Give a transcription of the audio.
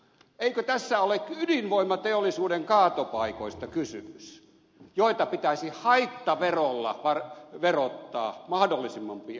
eikö tässä ole ydinvoimateollisuuden kaatopaikoista kysymys joita pitäisi haittaverolla verottaa mahdollisimman pian